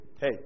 Hey